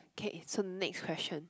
okay it's a next question